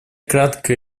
кратко